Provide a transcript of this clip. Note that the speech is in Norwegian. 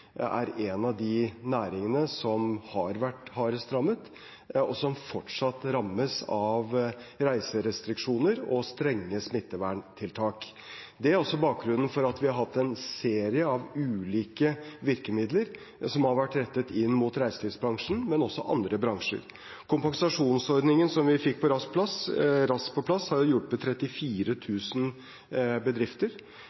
er en av de næringene som har vært hardest rammet og som rammes fortsatt av reiserestriksjoner og strenge smitteverntiltak. Det er bakgrunnen for at vi har hatt en serie av ulike virkemidler som har vært rettet inn mot reiselivsbransjen, men også mot andre bransjer. Kompensasjonsordningen, som vi fikk raskt på plass, har